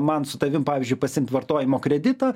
man su tavim pavyzdžiui pasiimt vartojimo kreditą